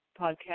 podcast